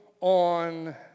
on